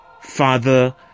Father